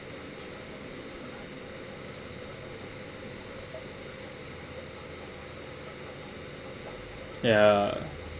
ya